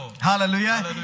Hallelujah